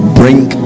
bring